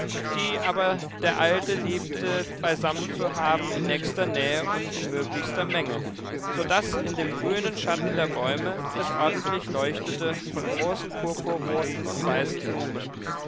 die aber der alte liebte beisammen zu haben in nächster nähe und in möglichster menge so daß in dem grünen schatten der bäume es ordentlich leuchtete von großen purpurroten und weißen blumen